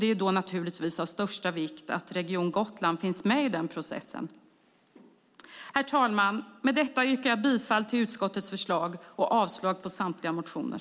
Det är naturligtvis av största vikt att Region Gotland finns med i denna process. Herr talman! Med detta yrkar jag bifall till utskottets förslag och avslag på samtliga motioner.